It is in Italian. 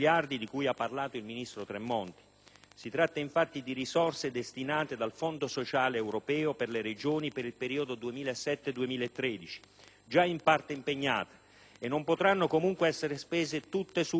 Si tratta infatti di risorse destinate dal Fondo sociale europeo alle Regioni per il periodo 2007-2013 già in parte impegnate che, comunque, non potranno essere spese tutte subito,